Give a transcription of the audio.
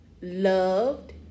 loved